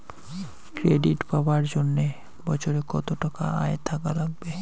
Credit পাবার জন্যে বছরে কত টাকা আয় থাকা লাগবে?